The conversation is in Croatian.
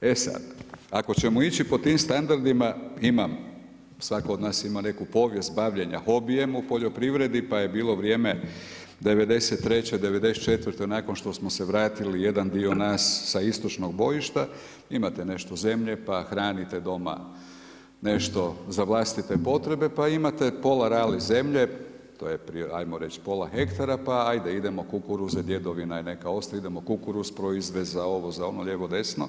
E sada, ako ćemo ići po tim standardima imam, svako od nas ima neku povijest bavljenja hobijem u poljoprivredi pa je bilo vrijeme '93., '94. nakon što smo se vratili jedan dio nas sa istočnog bojišta, imate nešto zemlje pa hranite doma nešto za vlastite potrebe pa imate pola rali zemlje, to je pola hektara, pa ajde idemo kukuruze, djedovina je neka ostala, idemo kukuruzu proizvest za ovo za ono, lijevo, desno